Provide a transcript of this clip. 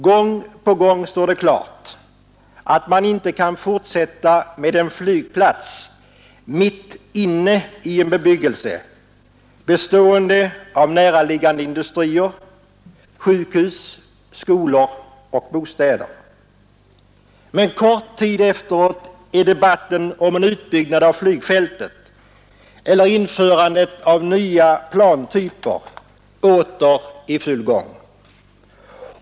Gång på gång står det klart att man inte kan fortsätta med en flygplats mitt inne i en bebyggelse bestående av näraliggande industrier, sjukhus, skolor och bostäder. Men kort tid efteråt är debatten om en utbyggnad av flygfältet eller införandet av nya plantyper åter i full gång.